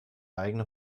eigene